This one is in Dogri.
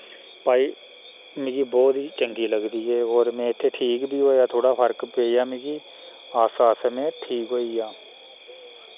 भाई मिकी बहुत ही चंगी लगदी एह् और में इत्थै ठीक बी होआ थोह्ड़ा फर्क पेआ मिकी आस्ता आस्ता मैं ठीक होइया